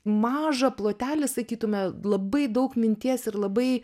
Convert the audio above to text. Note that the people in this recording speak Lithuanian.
mažą plotelį sakytume labai daug minties ir labai